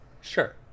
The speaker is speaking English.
sure